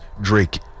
Drake